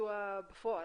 לביצוע בפועל,